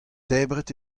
debret